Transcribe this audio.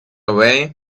away